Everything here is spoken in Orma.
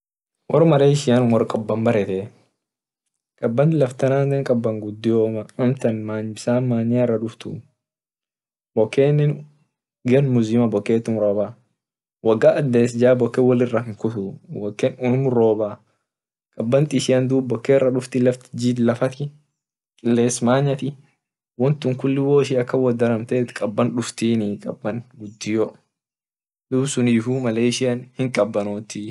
Wor malaysia wor kaban baretee kaban laftana kaban gudio manyira duftuu bokenee gan muzima boket robaa woga ades jaa boken wolinra hinkutuu boken unum robaa kaban ishian bokerea dufaa laftin hinjijiti kiles mayati won tun kulli wo ishin wot daramt kaban duftinii dub sunifu mlaysia hinkabotii.